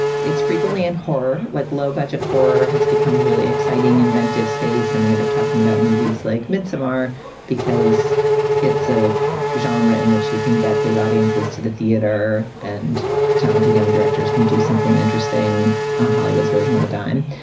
it's frequently in horror. like low-budget horror has become a really exciting, inventive space. and we end up talking about movies like midsummer because it's a zandra in which you can get big audiences to the theatre and talented young directors can do something interesting on hollywood's version of a dime.